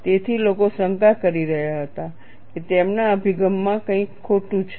તેથી લોકો શંકા કરી રહ્યા હતા કે તેમના અભિગમ માં કંઈ ખોટું છે